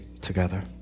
together